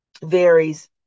varies